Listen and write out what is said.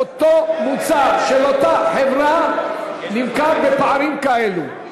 אותו מוצר של אותה חברה נמכר בפערים כאלה.